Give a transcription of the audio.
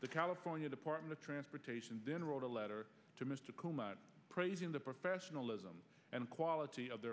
the california department of transportation then wrote a letter to mr coleman praising the professionalism and quality of their